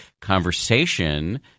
conversation